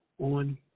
on